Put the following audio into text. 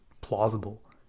plausible